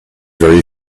very